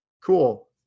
cool